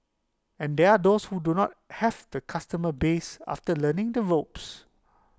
and there are those who do not have the customer base after learning the woes